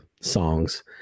songs